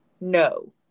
no